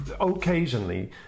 occasionally